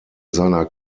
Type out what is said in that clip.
seiner